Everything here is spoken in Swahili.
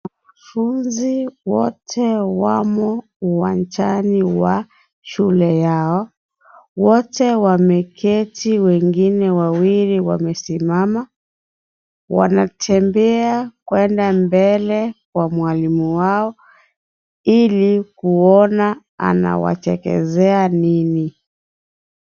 Wanafunzi wote wamo uwanjani wa shule yao. Wote wameketi wengine wawili wamesimama, wanatembea kwenda mbele kwa mwalimu wao ili kuona anawatekezea nini.